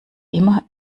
immer